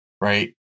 right